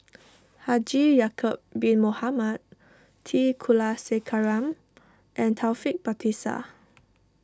Haji Ya'Acob Bin Mohamed T Kulasekaram and Taufik Batisah